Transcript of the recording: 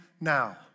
now